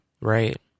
Right